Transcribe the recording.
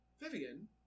Vivian